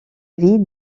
vie